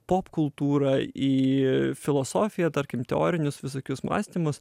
popkultūrą į filosofiją tarkim teorinius visokius mąstymus